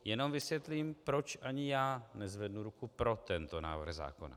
Jenom vysvětlím, proč ani já nezvednu ruku pro tento návrh zákona.